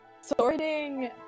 sorting